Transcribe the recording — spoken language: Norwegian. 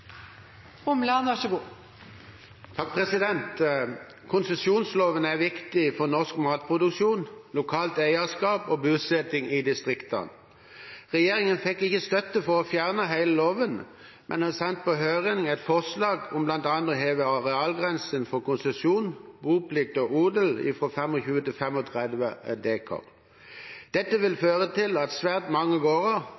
bosetting i distriktene. Regjeringen fikk ikke støtte for å fjerne hele loven, men har sendt på høring forslag om blant annet å heve arealgrensene for konsesjon, boplikt og odel fra 25 til 35 dekar. Dette vil føre til at svært mange gårder, blant annet i Vest-Agder, ikke lenger blir omfattet av